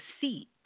seat